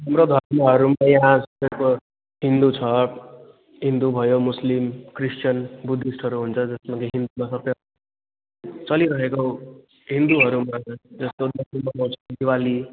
हाम्रो धर्महरूमा यहाँ तपाईँको हिन्दू छ हिन्दू भयो मुस्लिम क्रिस्तान बुद्धिस्टहरू हुन्छ जसमा कि हिन्दूमा चलिरहेको हिन्दूहरूमा जस्तो दसैँ मनाउँछन् दिवाली